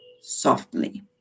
softly